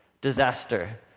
disaster